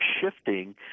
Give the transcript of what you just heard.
shifting